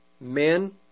men